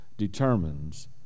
determines